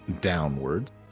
downwards